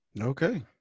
okay